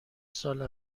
سال